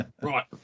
Right